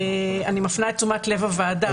אני מפנה את תשומת לב הוועדה.